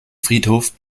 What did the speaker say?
friedhof